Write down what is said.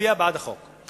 ולהצביע בעד החוק.